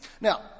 Now